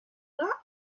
that